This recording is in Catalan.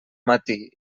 matí